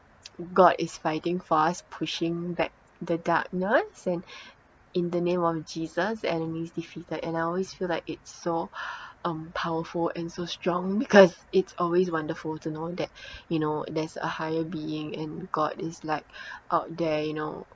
god is fighting for us pushing back the darkness and in the name of jesus enemies defeated and I always feel like it's so um powerful and so strong because it's always wonderful to know that you know there's a higher being and god is like out there you know